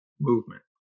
movement